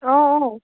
অঁ অঁ